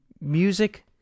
music